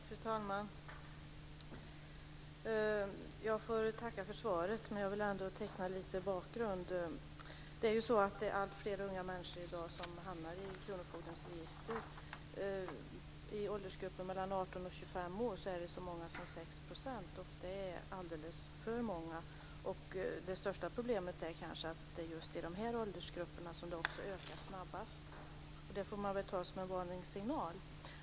Fru talman! Jag får tacka för svaret. Jag vill teckna lite bakgrund. Det är i dag alltfler unga människor i dag som hamnar i kronofogdemyndigheternas register. I åldersgruppen 18-25 år är det så många som 6 %, och det är alldeles för många. Det största problemet är kanske att det är i just dessa åldersgrupper som ökningen sker snabbast. Det får man väl ta som en varningssignal.